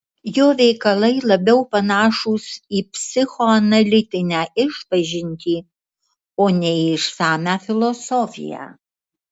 jo veikalai labiau panašūs į psichoanalitinę išpažintį o ne į išsamią filosofiją